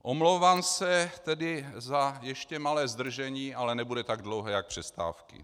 Omlouvám se tedy za ještě malé zdržení, ale nebude tak dlouhé jako přestávky.